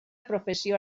professió